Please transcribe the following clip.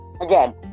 Again